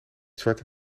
zwarte